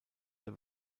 der